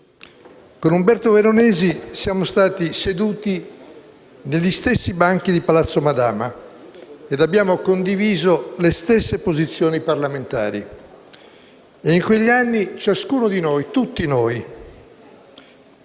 Con Umberto Veronesi siamo stati seduti negli stessi banchi di Palazzo Madama e abbiamo condiviso le stesse posizioni parlamentari. In quegli anni, ciascuno di noi gli si